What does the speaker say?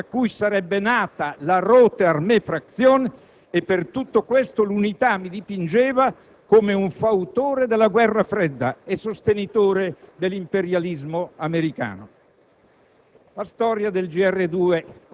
come il brodo di coltura da cui sarebbe nato la Rote Armee Fraktion e per tutto questo "l'Unità" mi dipingeva come un fautore della guerra fredda e un sostenitore dell'imperialismo americano.